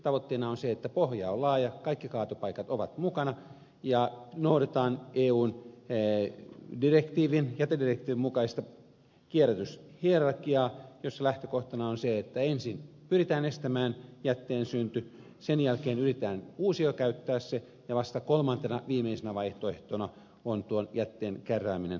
tavoitteena on se että pohja on laaja kaikki kaatopaikat ovat mukana ja noudatetaan eun jätedirektiivin mukaista kierrätyshierarkiaa jossa lähtökohtana on se että ensin pyritään estämään jätteen synty sen jälkeen yritetään uusiokäyttää se ja vasta kolmantena viimeisenä vaihtoehtona on tuon jätteen kärrääminen kaatopaikalle